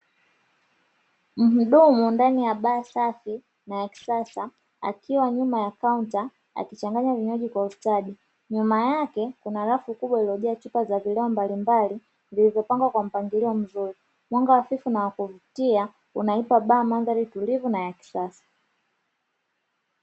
Mhudumu ndani ya baa safi na ya kisasa, akiwa nyuma ya kaunta akichanganya ninywaji kwa ustadi nyuma yake kuna rafu kubwa iliyo jaa chupa ya vileo mbalimbali, vilivyo pangwa kwa mpangilio mzuri mwanga hafifu na wakuvutia una ipa baa mandhari tulivu na ya kisasa.